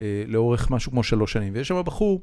לאורך משהו כמו שלוש שנים, ויש שמה בחור.